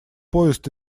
поезд